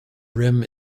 rim